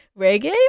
reggae